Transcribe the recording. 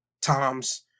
Tom's